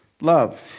Love